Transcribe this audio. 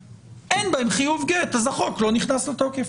אין בהם חיוב גט אז החוק לא נכנס לתוקף.